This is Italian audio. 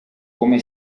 come